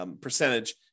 percentage